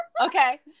Okay